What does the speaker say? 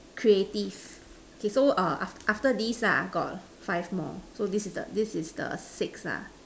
creative okay so err aft~ after this ah got five more so this is the this is the sixth lah